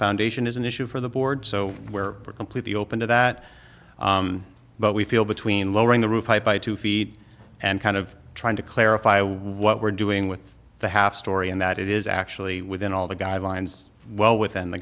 foundation is an issue for the board so where we're completely open to that but we feel between lowering the roof by two feet and kind of trying to clarify what we're doing with the half story and that it is actually within all the guidelines well within the